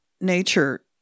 nature